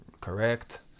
correct